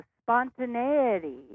spontaneity